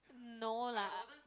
no lah